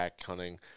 hunting